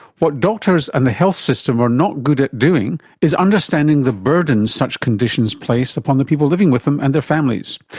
what doctors and the health system are not good at doing is understanding the burdens such conditions place upon the people living with them and their families.